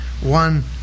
one